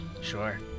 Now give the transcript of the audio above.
Sure